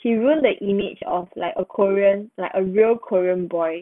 she ruin the image of like a korean like a real korean boy